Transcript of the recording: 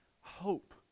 hope